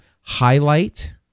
highlight